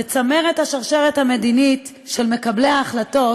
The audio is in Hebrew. בצמרת השרשרת המדינית של מקבלי ההחלטות,